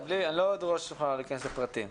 אני לא אדרוש ממך להיכנס לפרטים.